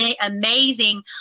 amazing